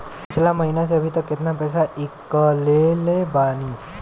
पिछला महीना से अभीतक केतना पैसा ईकलले बानी?